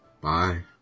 Bye